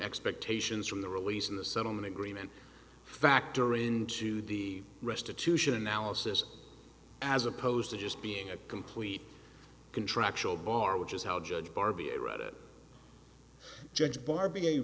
expectations from the release of the settlement agreement factoring into the restitution analysis as opposed to just being a complete contractual bar which is how judge bar b i read it judge barb